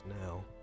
now